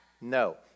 No